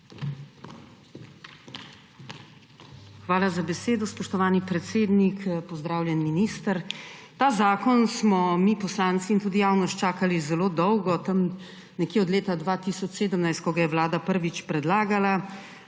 Hvala za besedo, spoštovani predsednik. Pozdravljeni, minister! Ta zakon smo mi poslanci in tudi javnost žal čakali zelo dolgo, tam nekje od leta 2017, ko ga je Vlada prvič predlagala.